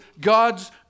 God's